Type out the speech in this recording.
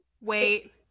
wait